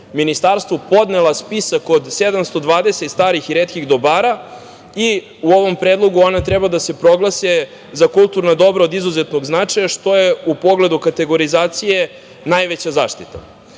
ministarstvu podnela spisak od 720 starih i retkih dobara. U ovom predlogu ona treba da se proglase za kulturno dobro od izuzetnog značaja, što je u pogledu kategorizacije najveća zaštita.